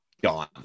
gone